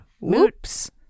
Whoops